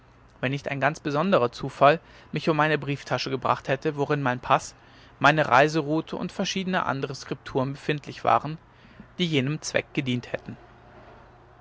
wenn nicht ein ganz besonderer zufall mich um meine brieftasche gebracht hätte worin mein paß meine reiseroute und verschiedene andere skripturen befindlich waren die jenem zweck gedient hätten